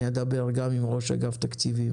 אני אדבר גם עם ראש אגף תקציבים,